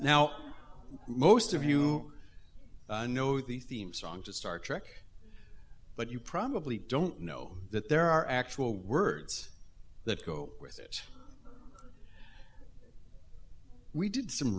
now most of you know the theme song to star trek but you probably don't know that there are actual words that go with it we did some